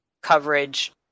coverage